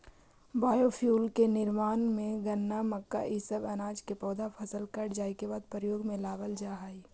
biofuel के निर्माण में गन्ना, मक्का इ सब अनाज के पौधा फसल कट जाए के बाद प्रयोग में लावल जा हई